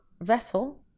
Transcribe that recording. vessel